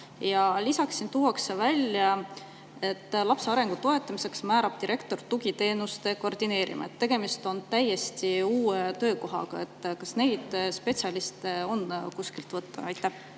lisaks siin tuuakse välja, et lapse arengu toetamiseks määrab direktor tugiteenuste koordineerija, tegemist on täiesti uue töökohaga. Kas neid spetsialiste on kuskilt võtta? Aitäh!